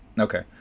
Okay